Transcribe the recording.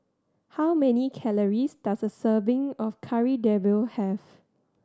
how many calories does a serving of Kari Debal have